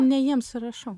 ne jiems rašau